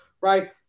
right